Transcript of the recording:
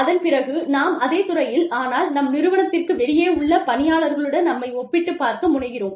அதன் பிறகு நாம் அதே துறையில் ஆனால் நம் நிறுவனத்திற்கு வெளியே உள்ள பணியாளர்களுடன் நம்மை ஒப்பிட்டு பார்க்க முனைகிறோம்